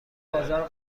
ازار